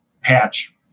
patch